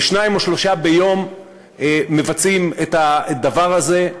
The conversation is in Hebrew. ושניים או שלושה ביום מבצעים את הדבר הזה,